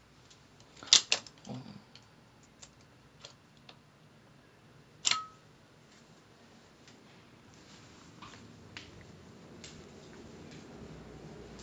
but personally for me right I think that the challenge doesn't lie in synchronising your hand or your legs it's more of how you tend to think of the music and how you want to produce the music that